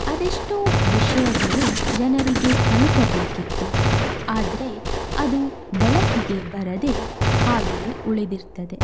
ಅದೆಷ್ಟೋ ವಿಷಯಗಳು ಜನರಿಗೆ ತಲುಪಬೇಕಿತ್ತು ಆದರೆ ಅದು ಬೆಳಕಿಗೆ ಬರದೆ ಹಾಗೆಯೇ ಉಳಿದಿರ್ತದೆ